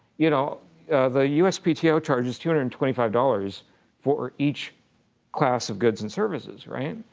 you know the uspto charges two hundred and twenty five dollars for each class of goods and services, right?